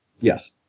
Yes